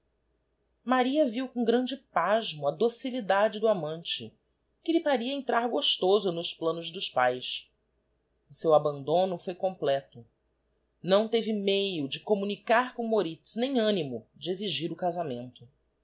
maria viu com grande pasmo a docilidade do amante que lhe parecia entrar gostoso nos planos dos pães o seu abandono íoi completo não teve meio de communicar com moritz nem animo de exigir o casamento